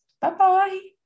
Bye-bye